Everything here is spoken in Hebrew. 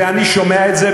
ואני שומע את זה,